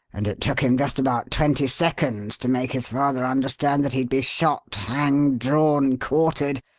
and it took him just about twenty seconds to make his father understand that he'd be shot, hanged, drawn, quartered,